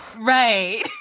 Right